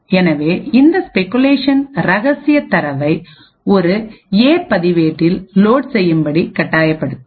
எனவே இந்த ஸ்பெகுலேஷன்இரகசிய தரவை ஒரு ஏபதிவேட்டில் லோட் செய்யும்படி கட்டாயப்படுத்தும்